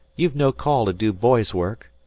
you've no call to do boy's work.